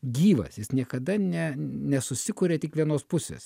gyvas jis niekada ne nesusikuria tik vienos pusės